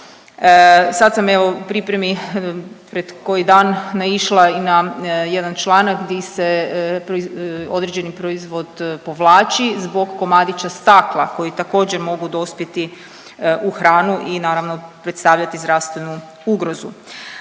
Sad sam evo u pripremi pred koji dan naišla i na jedan članak di se određeni proizvod povlači zbog komadića stakla koji također mogu dospjeti u hranu i naravno predstavljati zdravstvenu ugrozu.